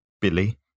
Billy